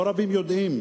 לא רבים יודעים,